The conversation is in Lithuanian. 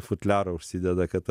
futliarą užsideda kad